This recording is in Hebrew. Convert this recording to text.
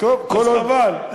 אז חבל.